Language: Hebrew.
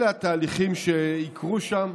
אלה התהליכים שיקרו שם,